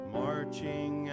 marching